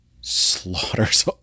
slaughters